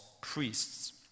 priests